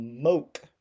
smoke